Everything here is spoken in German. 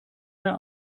mehr